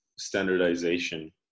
standardization